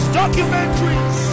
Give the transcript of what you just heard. documentaries